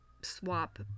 swap